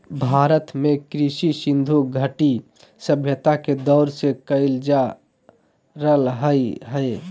भारत में कृषि सिन्धु घटी सभ्यता के दौर से कइल जा रहलय हें